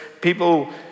people